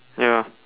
ya